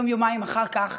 יום-יומיים אחר כך